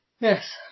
Yes